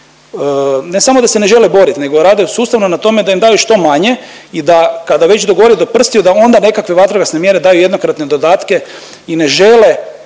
Ne samo da se ne žele borit nego rade sustavno na tome da im daju što manje i da kada već dogori do prstiju da onda nekakve vatrogasne mjere daje jednokratne dodatke i ne žele